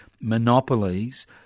monopolies